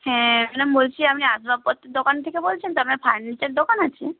হ্যাঁ ম্যাডাম বলছি আপনি আসবাবপত্রের দোকান থেকে বলছেন তো আপনার ফার্নিচার দোকান আছে